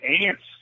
ants